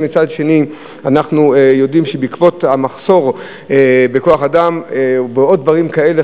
ומצד שני אנחנו יודעים שעקב המחסור בכוח-אדם ועוד דברים כאלה,